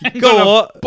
Go